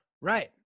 Right